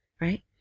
right